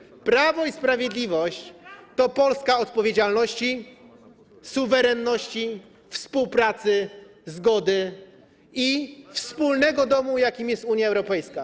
A dla nas prawo i sprawiedliwość to Polska odpowiedzialności, suwerenności, współpracy, zgody i wspólnego domu, jakim jest Unia Europejska.